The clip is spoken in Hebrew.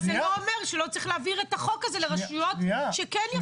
אבל זה לא אומר שלא צריך להעביר את החוק הזה לרשויות שכן יכולות.